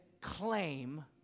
claim